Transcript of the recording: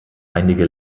einige